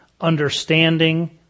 understanding